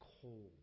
cold